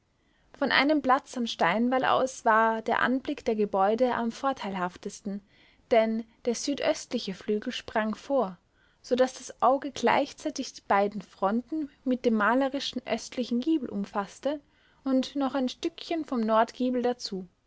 von einem platz am steinwall aus war der anblick der gebäude am vorteilhaftesten denn der südöstliche flügel sprang vor so daß das auge gleichzeitig die beiden fronten mit dem malerischen östlichen giebel umfaßte und noch ein stückchen vom nordgiebel dazu